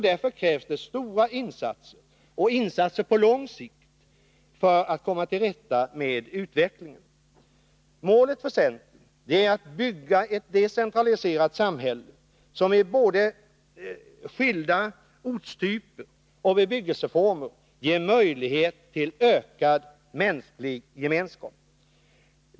Det krävs stora insatser och insatser på lång sikt för att komma till rätta med utvecklingen. Målet för centern är att bygga ett decentraliserat samhälle som i både skilda ortstyper och bebyggelseformer ger möjlighet till ökad mänsklig gemenskap.